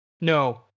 No